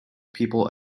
people